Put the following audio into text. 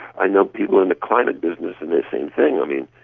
i know people in the climate business and the same thing. i mean,